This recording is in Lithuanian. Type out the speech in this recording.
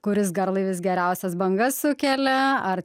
kuris garlaivis geriausias bangas sukelia ar